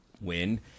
win